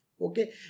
Okay